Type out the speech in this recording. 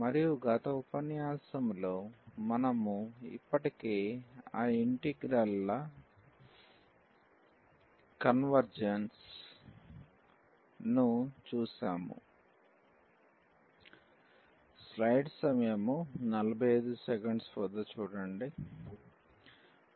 మరియు గత ఉపన్యాసంలో మనము ఇప్పటికే ఆ ఇంటిగ్రల్ ల కన్వర్జెన్స్ ను చూశాము